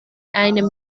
einem